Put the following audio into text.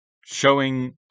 showing